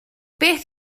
beth